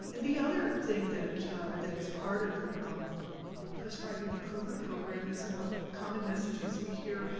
and the other thing that that is part of the prescribing improvement program is about common messages. we hear,